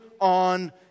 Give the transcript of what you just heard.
on